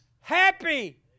happy